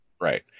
Right